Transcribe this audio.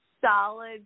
solid